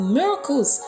miracles